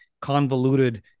convoluted